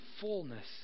fullness